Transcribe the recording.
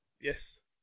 Yes